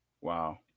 Wow